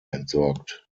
entsorgt